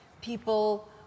people